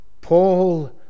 Paul